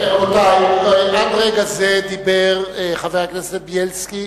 רבותי, עד רגע זה דיבר חבר הכנסת בילסקי